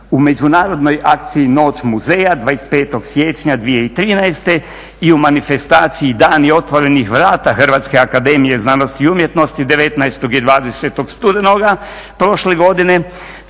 U međunarodnoj akciji "Noć muzeja" 25. siječnja 2013. i u manifestaciji Dani otvorenih vrata Hrvatske akademije znanosti i umjetnosti 19. i 20. studenoga prošle godine